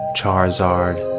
Charizard